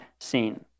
seen